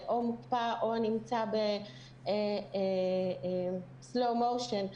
או מוקפא או נמצא ב-slow motion,